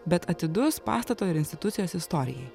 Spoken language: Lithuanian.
bet atidus pastato ir institucijos istorijai